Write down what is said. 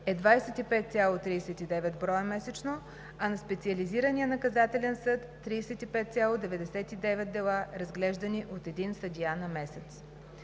е 25,39 броя месечно, а на Специализирания наказателен съд – 35,99 дела, разглеждани от един съдия на месец.